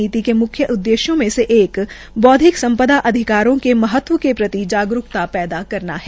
नीति के म्ख्य उद्देश्य में से एक बौद्विक सम्पदा अधिकारों के महत्व के प्रति जागरूकता पैदा करना है